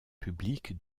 public